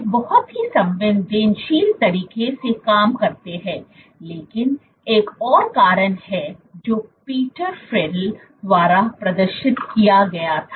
वे बहुत ही संवेदनशील तरीके से काम करते हैं लेकिन एक और कारण है जो पीटर फ्राइडल Peter Friedl द्वारा प्रदर्शित किया गया था